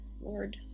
Lord